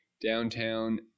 downtown